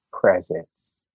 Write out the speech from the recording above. presence